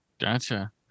Gotcha